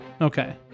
Okay